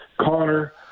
Connor